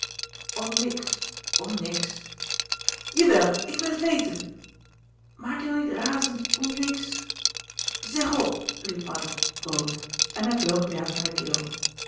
om niks om niks jawel ik wil het weten maak je nou niet razend om niks zeg op riep addy rood en hij vloog jaap naar de keel